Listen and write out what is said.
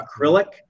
acrylic